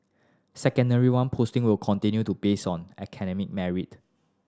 Secondary One posting will continue to be based on academic merit